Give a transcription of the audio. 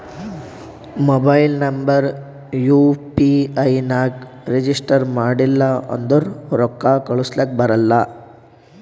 mobile number U P I ನಾಗ್ register ಮಾಡಿಲ್ಲ ಅಂದುರ್ ರೊಕ್ಕಾ ಕಳುಸ್ಲಕ ಬರಲ್ಲ